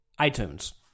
iTunes